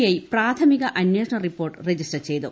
I പ്രാഥമിക അന്വേഷണ report register ചെയ്തു